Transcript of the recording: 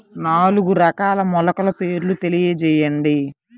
నాలుగు రకాల మొలకల పేర్లు తెలియజేయండి?